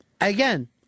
Again